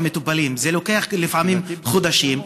זה לוקח לפעמים חודשים,